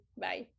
Bye